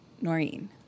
Noreen